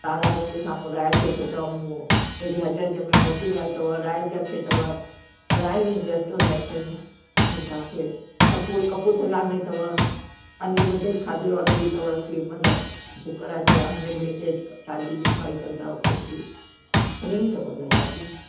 तव्हां लाइ गॾु रॉयल कैफ़े अथव हेॾे हज़रतगंज में मोती महल अथव रॉयल कैफ़े अथव घणेई रेस्टोरेंट आहिनि तव्हांखे कपू कपूर्थला में अथव अनलिमिटिड खाधो वारे बि अथव कि मतलबु बुक कराए छॾियो अनलिमिटिड थाल्ही बि खाई सघंदा आहियो कुझु बि इहे सभु वैराइटी